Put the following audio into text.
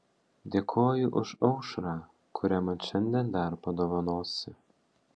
dėkoju už aušrą kurią man šiandien dar padovanosi